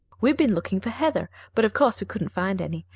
we've been looking for heather but, of course, we couldn't find any.